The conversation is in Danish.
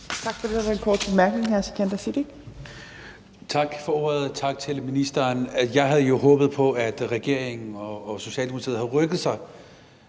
Tak for det. Der er en kort bemærkning.